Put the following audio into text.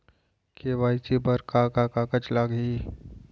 KYC बर का का कागज लागही?